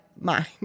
mind